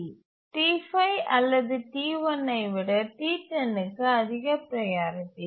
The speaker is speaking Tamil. T5 அல்லது T1 ஐ விட T10க்கு அதிக ப்ரையாரிட்டி